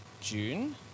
June